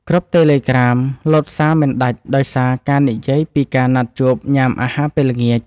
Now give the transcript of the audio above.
គ្រុបតេឡេក្រាម លោតសារមិនដាច់ដោយសារការនិយាយពីការណាត់ជួបញ៉ាំអាហារពេលល្ងាច។